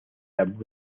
abu